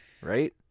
Right